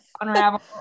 unravel